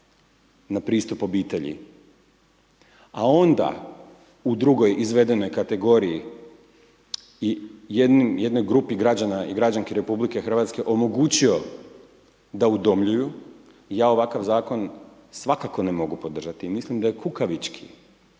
na pristup obitelji a onda u drugoj izvedenoj kategoriji i jednoj grupi građana i građanki RH omogućio da udomljuju, ja ovakav zakon svakako ne mogu podržati i mislim da je kukavički